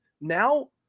now